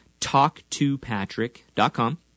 TalkToPatrick.com